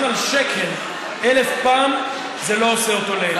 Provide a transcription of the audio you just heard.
על שקר אלף פעם זה לא עושה אותו לאמת.